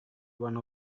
one